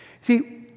See